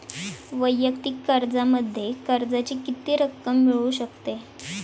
वैयक्तिक कर्जामध्ये कर्जाची किती रक्कम मिळू शकते?